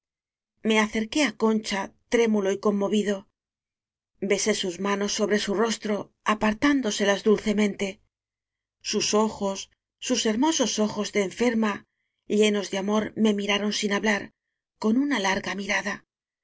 me acerqué á concha trémulo y con movido besé sus manos sobre su rostro apartándoselas dulcemente sus ojos sus hermosos ojos de enferma llenos de amor me miraron sin hablar con una larga mira